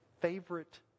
favorite